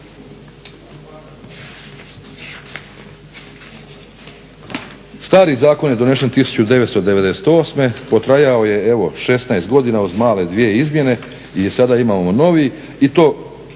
Stari zakon je donesen 1998., potrajao je evo 16 godina uz male dvije izmjene i sada imamo novi. I to